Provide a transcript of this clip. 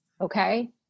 okay